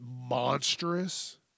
monstrous